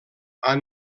han